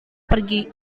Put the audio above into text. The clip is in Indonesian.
pergi